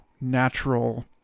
natural